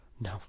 No